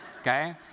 Okay